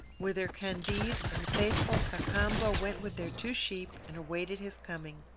whither candide and the faithful cacambo went with their two sheep, and awaited his coming.